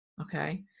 Okay